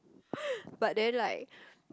but then like